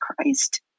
Christ